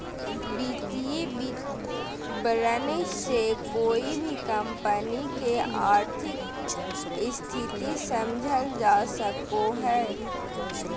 वित्तीय विवरण से कोय भी कम्पनी के आर्थिक स्थिति समझल जा सको हय